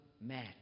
man